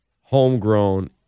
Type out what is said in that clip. homegrown